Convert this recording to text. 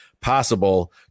possible